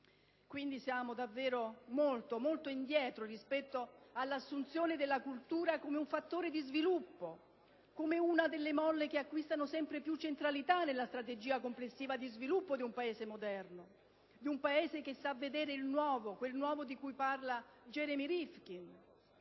Quindi, siamo davvero molto indietro rispetto all'assunzione della cultura come fattore di sviluppo, come una delle molle che acquistano sempre più centralità nella strategia complessiva di sviluppo di un Paese moderno che sa vedere il nuovo, quel nuovo di cui parla Jeremy Rifkin: